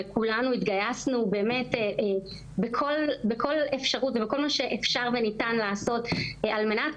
וכולנו התגייסנו בכל מה שאפשר וניתן לעשות על מנת